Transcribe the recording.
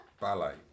Ballet